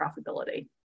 profitability